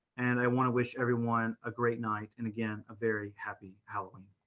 and i want to wish everyone a great night, and again, a very happy halloween.